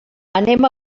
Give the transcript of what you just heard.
anem